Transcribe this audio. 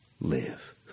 live